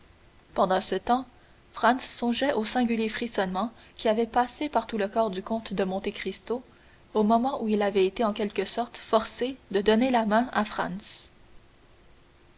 pendant ce temps franz songeait au singulier frissonnement qui avait passé par tout le corps du comte de monte cristo au moment où il avait été en quelque sorte forcé de donner la main à